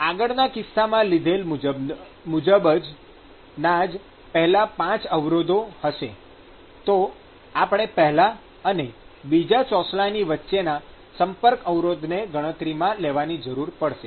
આગળના કિસ્સામાં લીધેલ મુજબ જ ના જ પેહલા ૫ અવરોધો હશે તો આપણે પેહલા અને બીજા ચોસલાની વચ્ચેના "સંપર્ક અવરોધ" ને ગણતરીમાં લેવાની જરૂર પડશે